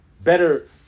better